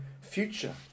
future